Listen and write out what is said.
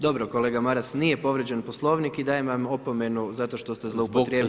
Dobro kolega Maras, nije povrijeđen Poslovnik i dajem vam opomenu zato što ste zloupotrijebili